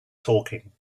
talking